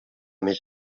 més